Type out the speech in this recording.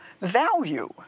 value